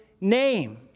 name